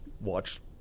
watch